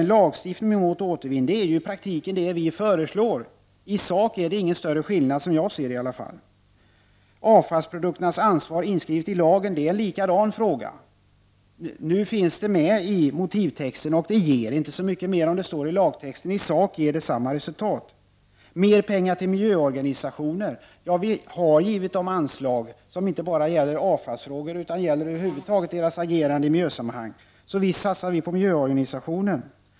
En lagstiftning som syftar till återvinning är i praktiken det vi socialdemokrater föreslår. I sak är det ingen större skillnad, i varje fall som jag ser det. Det är likadant när det gäller att skriva in ett ansvar för avfallsprodukterna ilagen. Det finns med i motivtexten, och det ger inte så mycket mer om det står i lagtexten. I sak blir det samma resultat. Det föreslås mer pengar till miljöorganisationer. Vi har givit dem anslag inte bara för avfallsfrågor utan över huvud taget för deras agerande i miljösammanhang. Visst satsar vi på miljöorganisationer.